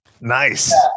nice